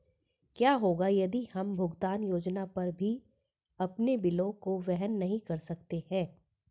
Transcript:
क्या होगा यदि हम भुगतान योजना पर भी अपने बिलों को वहन नहीं कर सकते हैं?